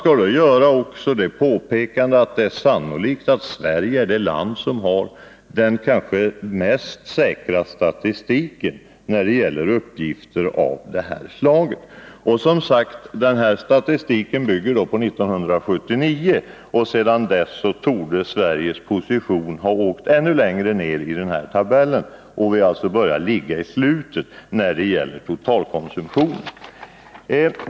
Här bör man också göra det påpekandet, att det är sannolikt att Sverige är det land som har den säkraste statistiken när det gäller uppgifter av det här slaget. Den här statistiken bygger som sagt på 1979, och sedan dess torde Sveriges position ha åkt ännu längre ner i tabellen, så att vi börjar ligga i slutet när det gäller totalkonsumtionen.